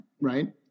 right